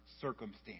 circumstance